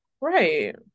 right